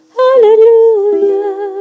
hallelujah